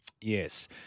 Yes